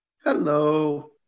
Hello